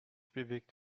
bewegt